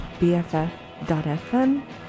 BFF.FM